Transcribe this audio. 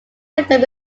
anthem